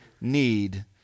need